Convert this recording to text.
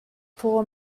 paul